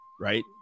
right